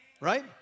Right